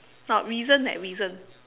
not reason eh reason